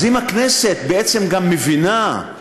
אז אם הכנסת בעצם גם מבינה את